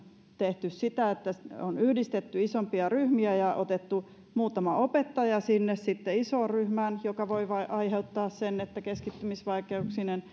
tehty sitä että on yhdistetty isompia ryhmiä ja otettu muutama opettaja sitten sinne isoon ryhmään mikä voi aiheuttaa sen että keskittymisvaikeuksinen